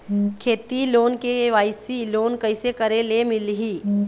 खेती loan KYC loan कइसे करे ले मिलही?